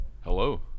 Hello